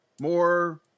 more